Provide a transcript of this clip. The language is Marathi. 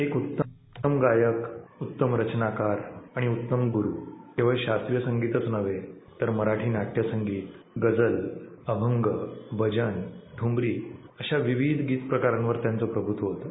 एक उत्तम गायक उत्तम रचनाकार आणि उत्तम गुरु केवळ शास्त्रीय संगीतच नव्हे तर मराठी नाट्यसंगीत गझल अभंग भजन ठुमरी अशा विविध गीत प्रकारांवर त्यांचं प्रभूत्व होतं